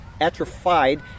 atrophied